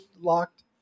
locked